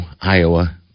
Iowa